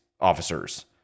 officers